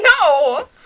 No